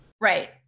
Right